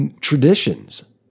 traditions